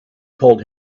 told